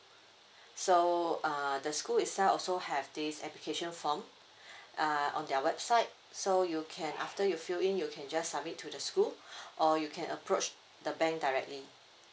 so uh the school itself also have this application form err on their website so you can after you fill in you can just submit to the school or you can approach the bank directly